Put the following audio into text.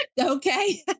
Okay